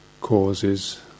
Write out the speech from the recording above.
causes